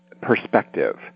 perspective